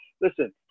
Listen